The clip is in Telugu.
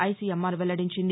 ఐసీఎంఆర్ వెల్లడించింది